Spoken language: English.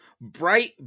bright